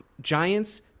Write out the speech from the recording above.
Giants